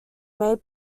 made